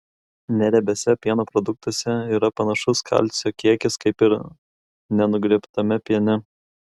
neriebiuose pieno produktuose yra panašus kalcio kiekis kaip ir nenugriebtame piene